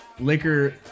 Liquor